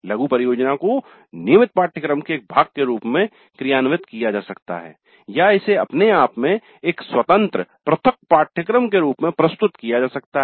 लघु परियोजना को नियमित पाठ्यक्रम के एक भाग के रूप में क्रियान्वित किया जा सकता है या इसे अपने आप में एक स्वतंत्र पृथक पाठ्यक्रम के रूप में प्रस्तुत किया जा सकता है